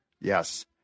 Yes